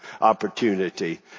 opportunity